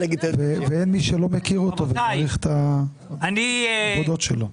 ואין מי שלא מכיר אותו ומעריך את העבודות שלו.